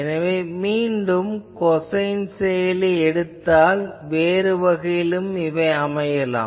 எனவே மீண்டும் கோசைன் செயலி எடுத்தால் வேறு வகையிலும் அமையலாம்